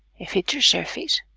a feature surface